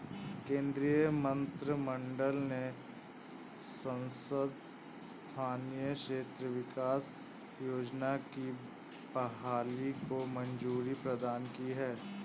केन्द्रीय मंत्रिमंडल ने सांसद स्थानीय क्षेत्र विकास योजना की बहाली को मंज़ूरी प्रदान की है